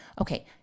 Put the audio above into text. okay